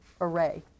array